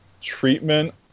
treatment